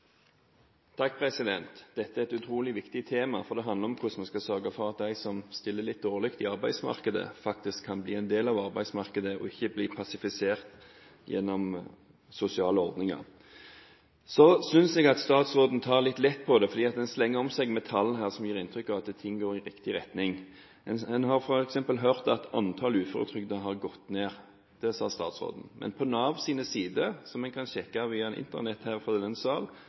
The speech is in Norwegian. Ketil Solvik-Olsen. Dette er et utrolig viktig tema, for det handler om hvordan vi skal sørge for at de som stiller litt dårlig i arbeidsmarkedet, faktisk kan bli en del av arbeidsmarkedet og ikke bli passivisert gjennom sosiale ordninger. Jeg synes statsråden tar litt lett på det, for her slenger man om seg med tall som gir inntrykk av at ting går i riktig retning. Vi har f.eks. hørt at antallet uføretrygdede har gått ned – det sa statsråden – men på Navs sider, som en kan sjekke via Internett fra denne sal,